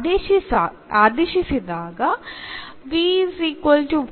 അതിനാൽ ഇവിടെ നൽകിയിട്ടുണ്ടായിരുന്ന സമവാക്യം വേരിയബിൾ സെപറബിൾ ഫോമിൽ ആയിരുന്നില്ല എന്നാൽ എന്ന് സബ്സ്റ്റിറ്റ്യൂഷൻ ചെയ്യുന്നതിലൂടെ അതിവിടെ എന്ന സെപറബിൾ ഫോമിൽ ആവുകയും എളുപ്പത്തിൽ ഇൻറെഗ്രേറ്റ് ചെയ്യാൻ കഴിയുകയും ഒടുവിൽ നമുക്ക് എന്ന ഇംപ്ലിസിറ്റ് സൊലൂഷൻ ലഭിക്കുകയും